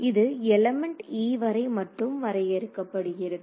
இது element E வரை மட்டும் வரையறுக்கப்படுகிறது